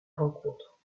rencontre